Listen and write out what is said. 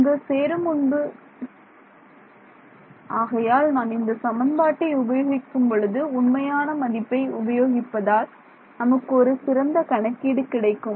அங்கு சேரும் முன்பு ஆகையால் நான் இந்த சமன்பாட்டை உபயோகிக்கும் பொழுது உண்மையான மதிப்பை உபயோகிப்பதால் நமக்கு ஒரு சிறந்த கணக்கீடு கிடைக்கும்